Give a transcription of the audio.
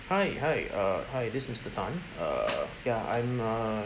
hi hi uh hi this is mister tan err ya I'm uh